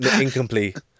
incomplete